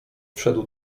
wszedł